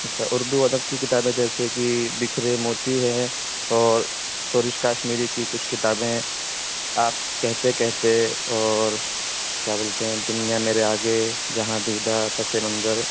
اچھا اردو ادب کی کتابیں جیسے کہ بکھرے موتی ہے اور سروش کاشمیری کی کچھ کتابیں آپ کہتے کہتے اور کیا بولتے ہیں دنیا میرے آگے جہاں دیدہ پس منظر